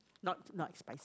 not not spice